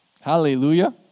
Hallelujah